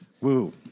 Woo